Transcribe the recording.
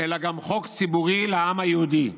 אלא גם חוק ציבורי לעם היהודי.